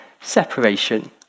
separation